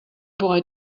boy